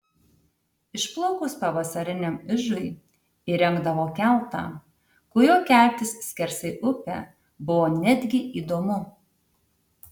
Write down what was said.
išplaukus pavasariniam ižui įrengdavo keltą kuriuo keltis skersai upę buvo netgi įdomu